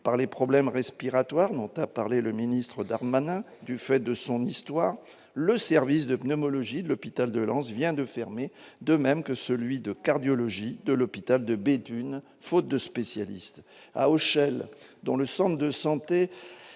par les problèmes respiratoires dont a parlé le ministre Darmanin du fait de son histoire, le service de pneumologie de l'hôpital de Lens vient de fermer, de même que celui de cardiologie de l'hôpital de Béthune, faute de spécialistes à Auchel, dans le centre de santé